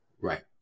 Right